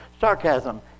sarcasm